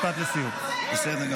משפט לסיום.